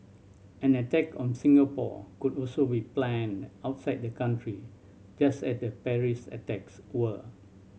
an attack on Singapore could also be planned outside the country just as the Paris attacks were